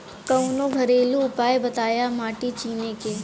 कवनो घरेलू उपाय बताया माटी चिन्हे के?